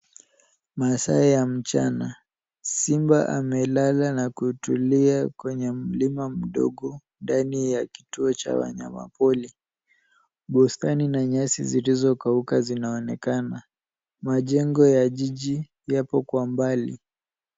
Masaa ya mchana simba amelala na kutulia kwenye mlima mdogo ndani ya kituo cha wanyama pori, bustanina nyasi zilizokauka zinaonekana, majengo ya jiji yako kwa mbali.